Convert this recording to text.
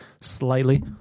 slightly